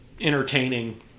entertaining